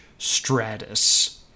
Stratus